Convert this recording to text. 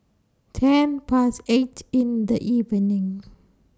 ten Past eight in The evening